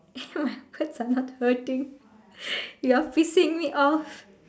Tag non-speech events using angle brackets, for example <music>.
<laughs> my words are not hurting <laughs> you're pissing me off <breath>